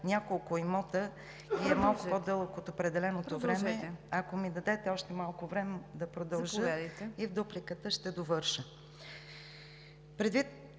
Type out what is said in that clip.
няколко имота и е малко по-дълъг от определеното време. Ако ми дадете още малко време да продължа, и в дупликата ще довърша.